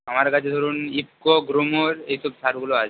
আমার কাছে ধরুন ইফকো গ্রো মোর এই সব সারগুলো আছে